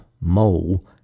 mole